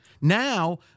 Now